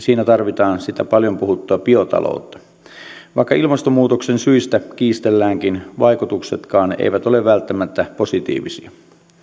siinä tarvitaan sitä paljon puhuttua biotaloutta vaikka ilmastonmuutoksen syistä kiistelläänkin vaikutuksetkaan eivät ole välttämättä positiivisia